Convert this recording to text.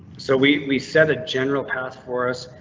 so we we set a general path for us.